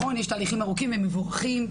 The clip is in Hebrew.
יש תהליכים ארוכים ומבורכים,